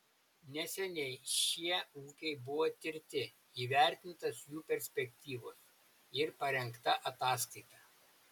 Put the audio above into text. neseniai šie ūkiai buvo tirti įvertintos jų perspektyvos ir parengta ataskaita